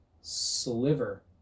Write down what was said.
sliver